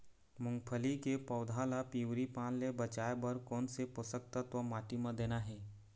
मुंगफली के पौधा ला पिवरी पान ले बचाए बर कोन से पोषक तत्व माटी म देना हे?